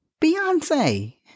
Beyonce